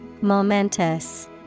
Momentous